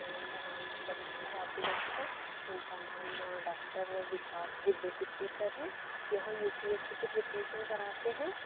मैं उनका नाम बताना चाहती हूँ आपको उनका नाम डाक्टर विकास दिव्यकीर्ति सर है यह यू पी एस सी के प्रीपेरेशन कराते हैं